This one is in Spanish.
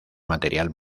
material